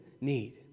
need